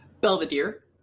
Belvedere